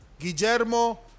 Guillermo